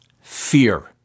Fear